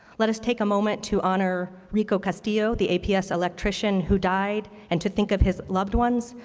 let us take a moment to honor rico castillo, the aps electrician who died, and to think of his loved ones.